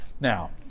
Now